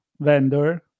vendor